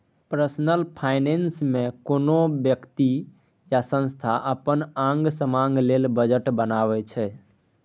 personal finance मे कोनो बेकती या संस्था अपन आंग समांग लेल बजट बनबै छै